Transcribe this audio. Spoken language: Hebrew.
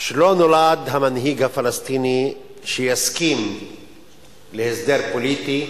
שלא נולד המנהיג הפלסטיני שיסכים להסדר פוליטי